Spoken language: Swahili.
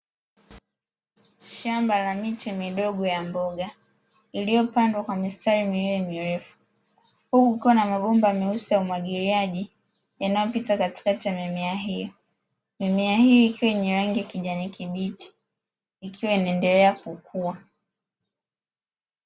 Shamba la miche midogo ya mboga, iliyopandwa kwa mistari iliyo mirefu. Huku kukiwa na mabomba meusi ya umwagiliaji, yanayopita katikati ya mimea hii, mime hii yenye rangi ya kijani kibichi, ikiwa inaendelea kukua.